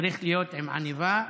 צריך להיות עם עניבה,